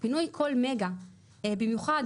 פינוי כל מגה, במיוחד